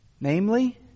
Namely